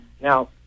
Now